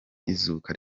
izuka